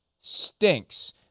stinks